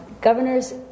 Governor's